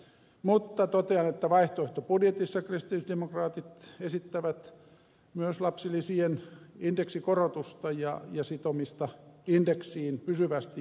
mutta totean että vaihtoehtobudjetissa kristillisdemokraatit esittävät myös lapsilisien indeksikorotusta ja sitomista indeksiin pysyvästi